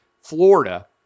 Florida